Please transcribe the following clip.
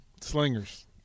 Slingers